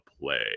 play